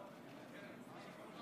הכנסת,